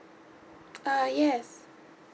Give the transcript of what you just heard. uh yes